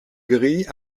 gris